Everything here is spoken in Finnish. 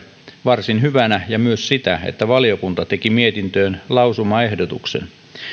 varsin hyvänä ja myös sitä että valiokunta teki mietintöön lausumaehdotuksen